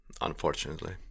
unfortunately